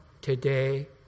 today